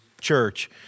church